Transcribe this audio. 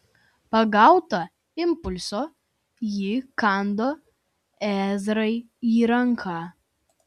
pagauta impulso ji įkando ezrai į ranką